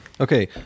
Okay